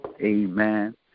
Amen